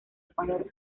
ecuador